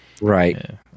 Right